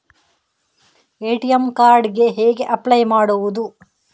ATM card ಗೆ ಹೇಗೆ apply ಮಾಡುವುದು?